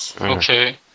Okay